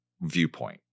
viewpoint